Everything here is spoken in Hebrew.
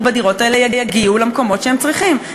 בדירות האלה יגיעו למקומות שהם צריכים,